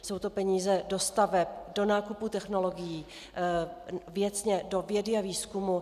Jsou to peníze do staveb, do nákupů technologií, věcně do vědy a výzkumu.